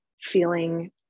feeling